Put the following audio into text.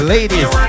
Ladies